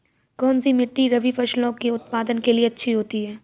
कौनसी मिट्टी रबी फसलों के उत्पादन के लिए अच्छी होती है?